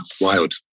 wild